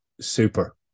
super